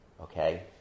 Okay